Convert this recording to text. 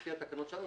לפי התקנון שלנו,